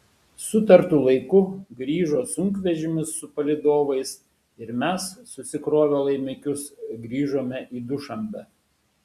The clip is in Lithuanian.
sutartu laiku grįžo sunkvežimis su palydovais ir mes susikrovę laimikius grįžome į dušanbę